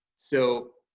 so,